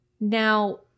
Now